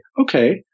okay